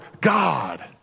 God